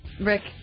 Rick